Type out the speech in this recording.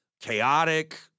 chaotic